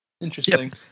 Interesting